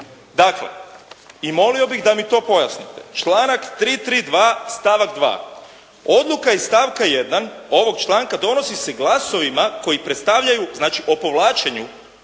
Dakle, i molio bih da mi to pojasnite. Članak 332. stavak 2. Odluka iz stavka 1. ovog članka donosi se glasovima koji predstavljaju, znači o povlačenju